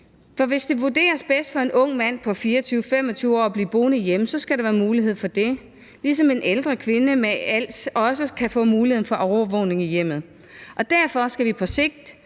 hvis det vurderes bedst for en ung mand på 24-25 år at blive boende hjemme, skal der være mulighed for det, ligesom en ældre kvinde med als også kan få muligheden for overvågning i hjemmet. Og derfor skal vi på sigt